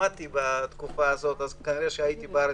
דיפלומטי בתקופה הזאת אז כנראה שכן הייתי בארץ.